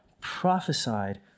prophesied